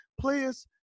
players